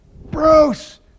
Bruce